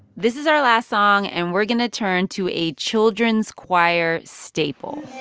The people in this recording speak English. this is our last song, and we're going to turn to a children's choir staple